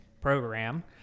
program